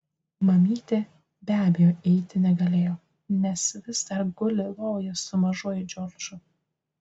mamytė be abejo eiti negalėjo nes vis dar guli lovoje su mažuoju džordžu